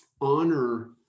Honor